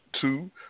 two